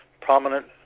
prominent